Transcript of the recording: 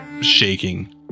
shaking